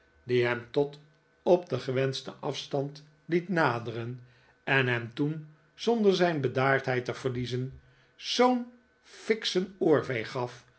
die hem tot op den gewenschten afstand het naderen en hem toen zonder zijn bedaardheid te verliezen zoo'n